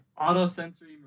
Auto-sensory